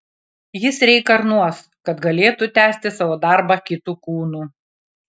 jis reinkarnuos kad galėtų tęsti savo darbą kitu kūnu